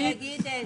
אני אגיד.